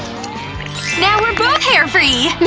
now we're both hair-free!